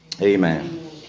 Amen